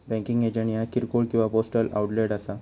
banking agent ह्या किरकोळ किंवा पोस्टल आउटलेट असा